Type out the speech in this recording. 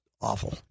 awful